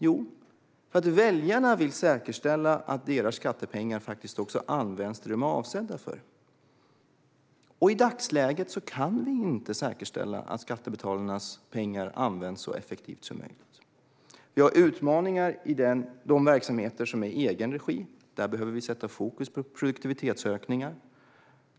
Jo, väljarna vill säkerställa att deras skattepengar faktiskt också används till det som de är avsedda för. I dagsläget kan vi inte säkerställa att skattebetalarnas pengar används så effektivt som möjligt. Vi har utmaningar i de verksamheter som är i egen regi. Där behöver vi sätta fokus på produktivitetsökningar.